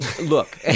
Look